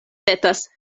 petas